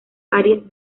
áreas